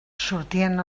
sortien